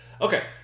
okay